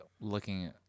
looking –